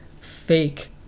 fake